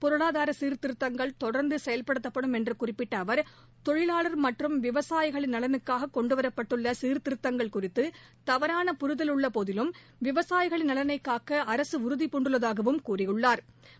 பொருளாதார சீர்த்திருத்தங்கள் தொடர்ந்து செயல்படுத்தப்படும் என்று குறிப்பிட்ட அவர் தொழிலாளர் மற்றும் விவசாயிகளின் நலனுக்காக கொண்டுவரப்பட்டுள்ள சீர்த்திருத்தங்கள் குறித்து தவறான புரிதல் உள்ள போதிலும் விவசாயிகளின் நலனை காக்க அரசு உறுதிபூண்டுள்ளதாகவும் தெரிவித்தாா்